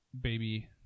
baby